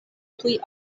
tuj